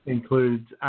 Includes